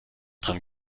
dran